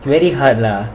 very hard lah